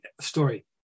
story